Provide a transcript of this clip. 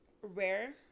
rare